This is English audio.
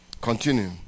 continue